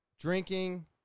drinking